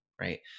right